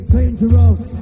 Dangerous